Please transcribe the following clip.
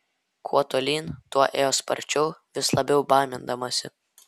kuo tolyn tuo ėjo sparčiau vis labiau baimindamasi